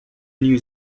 new